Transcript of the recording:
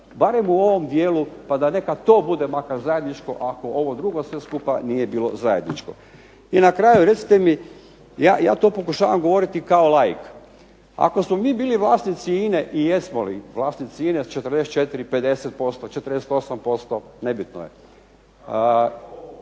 barem u ovom dijelu, pa da makar to bude zajedničko ako ovo sve skupa nije bilo zajedničko. I na kraju recite mi, ja to pokušavam govoriti kao laik. Ako smo bili vlasnici INA-e i jesmo vlasnici INA-e, 44, 50%, 58% nebitno je